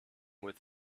with